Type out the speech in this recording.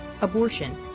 abortion